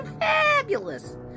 fabulous